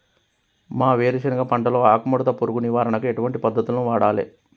మా వేరుశెనగ పంటలో ఆకుముడత పురుగు నివారణకు ఎటువంటి పద్దతులను వాడాలే?